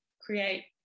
create